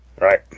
Right